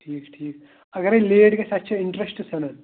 ٹھیٖک ٹھیٖک اگرے لیٹ گژھِ اَسہِ چھِ اِنٹرسٹہٕ ژھینان